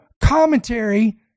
commentary